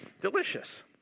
Delicious